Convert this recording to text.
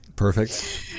Perfect